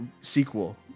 sequel